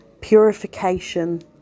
purification